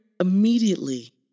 immediately